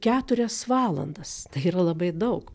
keturias valandas tai yra labai daug